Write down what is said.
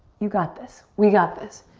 you got this. we got this.